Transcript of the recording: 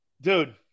dude